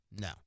No